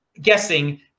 guessing